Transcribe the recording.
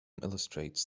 illustrates